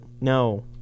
No